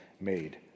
made